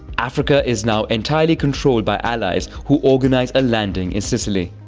africa is now entirely controlled by allies who organize a landing in sicily.